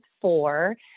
four